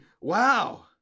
wow